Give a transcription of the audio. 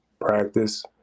practice